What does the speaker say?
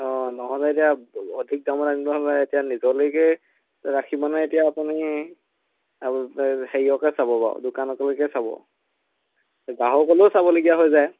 অ' নহ'লে এতিয়া অধিক দামত আনিব হ'লে এতিয়া নিজলৈকে ৰাখিবনে এতিয়া আপুনি হেৰিয়কে চাব বাৰু দোকানলৈকে চাব গ্ৰাহকলৈও চাবলগীয়া হৈ যায়